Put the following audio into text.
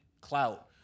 clout